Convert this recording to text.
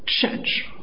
change